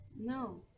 No